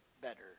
better